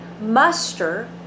muster